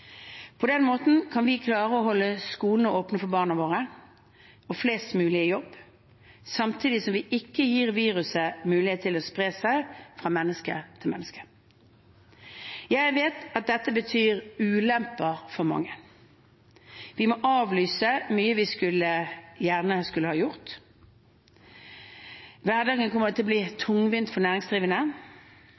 På den måten kan vi klare å holde skolene åpne for barna våre og flest mulig i jobb, samtidig som vi ikke gir viruset mulighet til å spre seg fra menneske til menneske. Jeg vet at dette betyr ulemper for mange. Vi må avlyse mye vi gjerne skulle ha gjort. Hverdagen kommer til å bli mer tungvint for næringsdrivende.